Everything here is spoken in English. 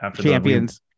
champions